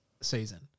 season